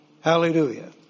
Hallelujah